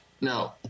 No